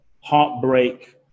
heartbreak